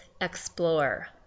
explore